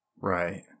Right